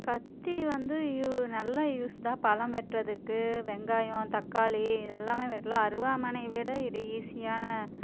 கத்தி வந்து யூ நல்ல யூஸ் தான் பழம் வெட்டுறதுக்கு வெங்காயம் தக்காளி இது எல்லாம் வெட்டலாம் அருவமனையை விட இது ஈஸியான